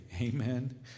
amen